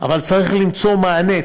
אבל צריך למצוא מענה.